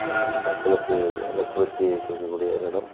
மக்களுக்கு நல்ல குளிர்ச்சியை குடுக்கக் கூடிய ஒரு இடம்